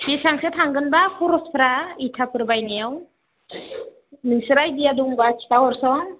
बेसांसो थांगोन बा खरसफोरा इथाफोर बायनायाव नोंसोर आइडिया दंब्ला खिथाहरसं